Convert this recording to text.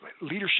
leadership